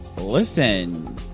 Listen